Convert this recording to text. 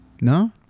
No